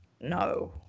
No